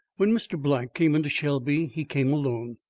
when mr. black came into shelby, he came alone.